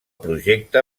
projecte